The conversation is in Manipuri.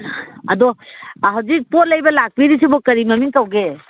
ꯑꯗꯣ ꯍꯧꯖꯤꯛ ꯄꯣꯠ ꯂꯩꯕ ꯂꯥꯛꯄꯤꯔꯤꯁꯤꯕꯨ ꯀꯔꯤ ꯃꯃꯤꯡ ꯀꯧꯒꯦ